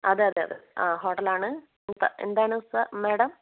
അതെ അതെ അതെ ആഹ് ഹോട്ടലാണ് എന്താണ് സാർ മാഡം